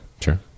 Sure